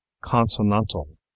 consonantal